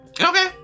Okay